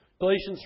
Galatians